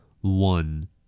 One